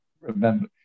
remember